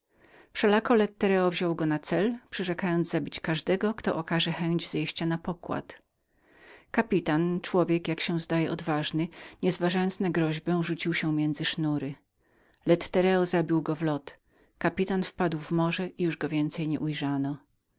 wszelako lettereo wziął go na cel przyrzekając zabić pierwszego kto okaże chęć zejścia na pokład kapitan jak się zdaje człowiek odważny nie zważając na groźbę rzucił się między sznury lettereo zabił go w lot kapitan wpadł w morze i już go więcej nie ujrzano